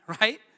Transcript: right